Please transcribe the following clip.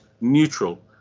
neutral